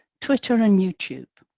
twitter and youtube,